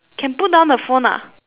can put down the phone ah